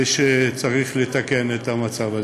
וצריך לתקן את המצב הזה.